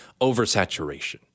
oversaturation